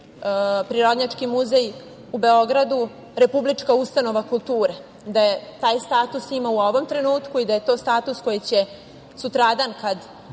Prirodnjački muzej u Beogradu republička ustanova kulture, taj status ima u ovom trenutku i da je to status koji će sutradan kada